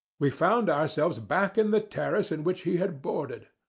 we found ourselves back in the terrace in which he had boarded.